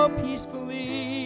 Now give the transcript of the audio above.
peacefully